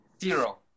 Zero